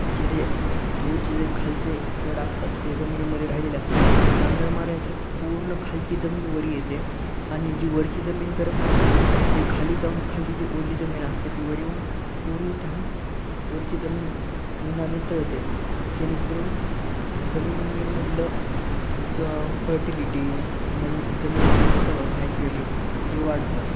त्याचे जे तूरचे जे खालचे सड असतात ते जमिनीमध्ये राहिलेले असतात नांगरमाऱ्यानंतर ते पूर्ण खालची जमीन वर येते आणि जी वरची जमीन गरम असते ते खाली जाऊन खालची जी ओली जमीन असते ती वर येऊन पूर्ण वरची जमीन उन्हाने तळते जेणेकरून जमिनीमधलं फर्टिलिटी म्हणजे जमीनीमधलं खत नॅचरली ते वाढतं